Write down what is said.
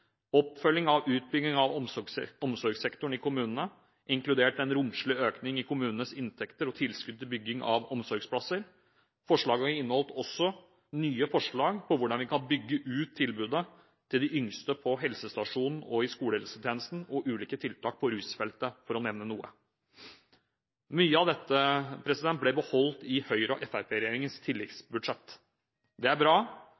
oppfølging av utbygging av omsorgssektoren i kommunene – inkludert en romslig økning i kommunenes inntekter og tilskudd til bygging av omsorgsplasser. Forslaget inneholdt også nye forslag om hvordan vi kan bygge ut tilbudet til de yngste på helsestasjonen og i skolehelsetjenesten, og ulike tiltak på rusfeltet, for å nevne noe. Mye av dette ble beholdt i Høyre–Fremskrittsparti-regjeringens tilleggsbudsjett. Det er bra,